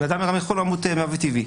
בן אדם גם יכול למות מוות טבעי.